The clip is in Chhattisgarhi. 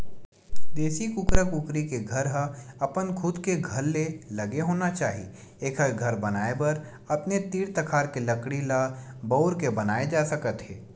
देसी कुकरा कुकरी के घर ह अपन खुद के घर ले लगे होना चाही एखर घर बनाए बर अपने तीर तखार के लकड़ी ल बउर के बनाए जा सकत हे